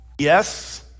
Yes